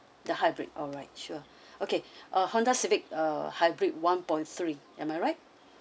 the hybrid alright sure okay a Honda civic ah hybrid one point three am I right